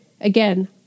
Again